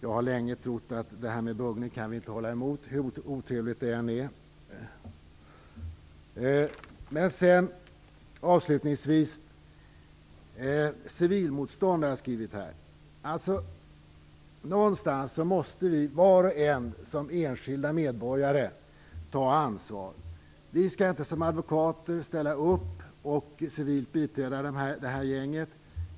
Jag har länge trott att vi inte kan hålla emot buggning, hur otrevligt det än är. Avslutningsvis: Vi måste var och en som enskilda medborgare ta ansvar. Vi skall inte som advokater ställa upp och civilt biträda detta gäng.